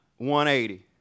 180